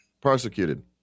prosecuted